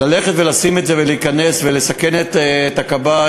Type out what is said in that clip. ללכת ולשים את זה ולהיכנס ולסכן את הכבאי,